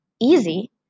Easy